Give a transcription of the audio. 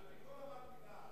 על-פי כל אמת מידה,